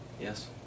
Yes